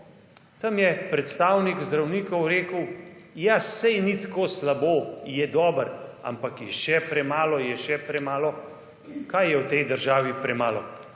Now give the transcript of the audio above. Tam je predstavnik zdravnikov rekel, ja saj ni tako slabo, je dobro, ampak je še premalo, je še premalo. Kaj je v tej državi premalo?